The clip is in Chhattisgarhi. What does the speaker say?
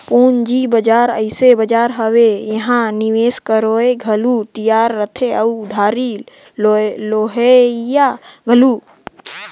पंूजी बजार अइसे बजार हवे एम्हां निवेस करोइया घलो तियार रहथें अउ उधारी लेहोइया घलो